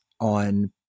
on